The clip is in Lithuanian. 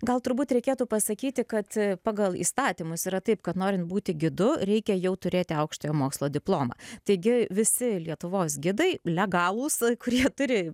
gal turbūt reikėtų pasakyti kad pagal įstatymus yra taip kad norint būti gidu reikia jau turėti aukštojo mokslo diplomą taigi visi lietuvos gidai legalūs kurie turi